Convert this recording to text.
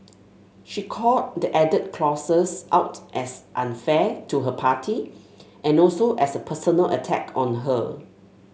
she called the added clauses out as unfair to her party and also as a personal attack on her